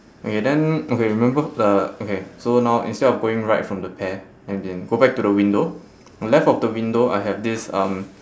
okay then okay remember the okay so now instead of going right from the pear as in go back to the window on the left of the window I have this um